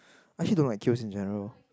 I actually don't like queues in general